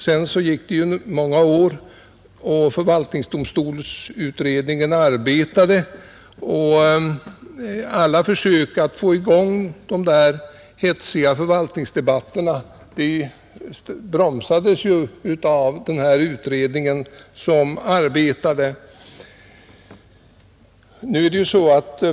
Sedan gick många år och förvaltningsdomstolsutredningen arbetade. Alla försök att få i gång de hetsiga förvaltningsrättsdebatterna igen bromsades av den utredningens arbete.